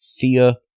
Thea